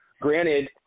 granted